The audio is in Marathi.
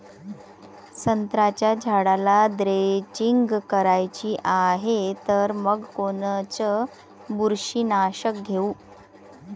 संत्र्याच्या झाडाला द्रेंचींग करायची हाये तर मग कोनच बुरशीनाशक घेऊ?